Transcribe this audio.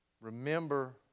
remember